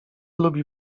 lubi